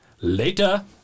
later